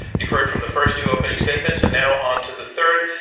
you've heard from the first two opening statements, and now onto the third.